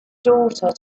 daughter